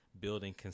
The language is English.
building